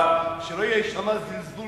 שלא יישמע בקול שלך זלזול